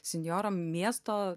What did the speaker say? senjoram miesto